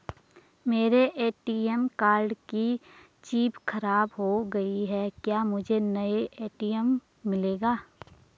मेरे ATM card की chip खराब हो गयी है क्या मुझे नया ए.टी.एम मिलेगा?